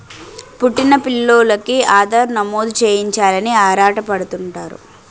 పుట్టిన పిల్లోలికి ఆధార్ నమోదు చేయించాలని ఆరాటపడుతుంటారు